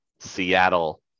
Seattle